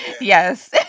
Yes